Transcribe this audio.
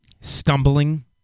stumbling